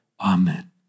Amen